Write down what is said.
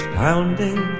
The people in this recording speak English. pounding